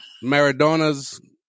maradona's